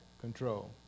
control